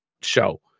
show